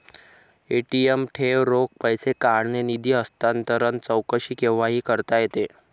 ATM ठेव, रोख पैसे काढणे, निधी हस्तांतरण, चौकशी केव्हाही करता येते